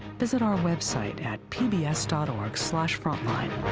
visit our website at pbs org frontline.